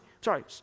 sorry